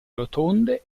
rotonde